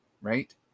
right